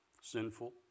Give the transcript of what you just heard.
sinful